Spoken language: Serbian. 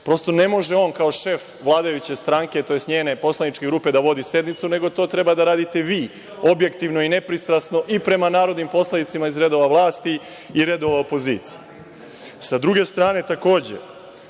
Prosto, ne može on kao šef vladajuće stranke, tj. njene poslaničke grupe da vodi sednicu, nego to treba da radite vi, objektivno i nepristrasno i prema narodnim poslanicima iz redova vlasti i redova opozicije. Sa druge strane, takođe,